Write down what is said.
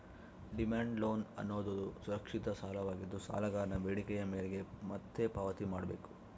demand loan ಅನ್ನೋದುದು ಸುರಕ್ಷಿತ ಸಾಲವಾಗಿದ್ದು, ಸಾಲಗಾರನ ಬೇಡಿಕೆಯ ಮೇರೆಗೆ ಮತ್ತೆ ಪಾವತಿ ಮಾಡ್ಬೇಕು